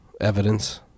evidence